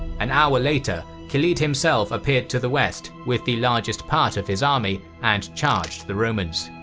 an hour later khalid himself appeared to the west with the largest part of his army and charged the romans.